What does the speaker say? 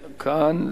איננו.